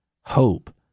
Hope